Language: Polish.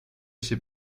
się